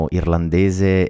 irlandese